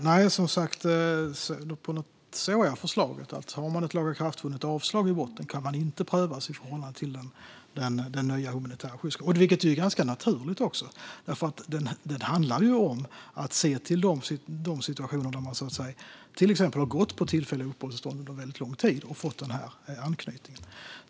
Fru talman! Sådant är förslaget. Har man ett lagakraftvunnet avslag i botten kan man inte prövas i förhållande till den nya humanitära skyddsgrunden, vilket är ganska naturligt. Det handlar ju om att se till de situationer där man till exempel har gått på tillfälliga uppehållstillstånd under väldigt lång tid och fått den här anknytningen.